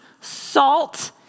salt